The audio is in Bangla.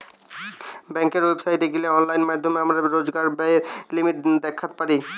বেংকের ওয়েবসাইটে গিলে অনলাইন মাধ্যমে আমরা রোজকার ব্যায়ের লিমিট দ্যাখতে পারি